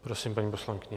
Prosím, paní poslankyně.